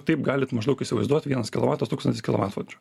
taip galit maždaug įsivaizduot vienas kilovatas tūkstantis kilovatvalandžių